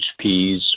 HPs